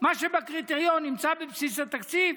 מה שבקריטריון נמצא בבסיס התקציב,